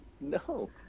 No